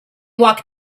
walked